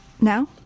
now